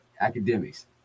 academics